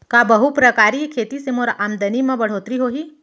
का बहुप्रकारिय खेती से मोर आमदनी म बढ़होत्तरी होही?